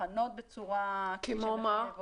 תחנות בצורה שמחייב אוטובוס.